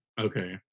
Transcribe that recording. Okay